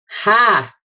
Ha